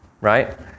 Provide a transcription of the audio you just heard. right